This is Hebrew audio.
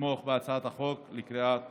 לתמוך בהצעת החוק בקריאה הטרומית.